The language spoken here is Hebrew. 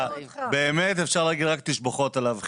באמת אפשר להגיד רק תשבוחות עליו.